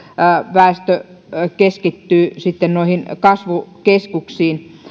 väestö keskittyy kasvukeskuksiin